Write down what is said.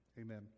Amen